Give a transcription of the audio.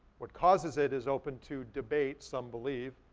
what causes it is open to debate, some believe,